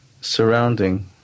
surrounding